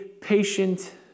patient